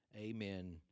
Amen